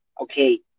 Okay